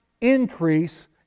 increase